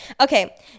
Okay